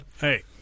Hey